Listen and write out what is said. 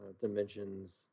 dimensions